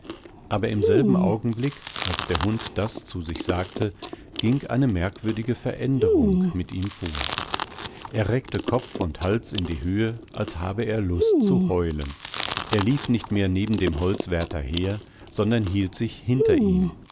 aber im selben augenblick als der hund das zu sich sagte ging eine merkwürdigeveränderungmitihmvor errecktekopfundhalsindiehöhe als habe er lust zu heulen er lief nicht mehr neben dem holzwärter her sondern hielt sich hinter ihm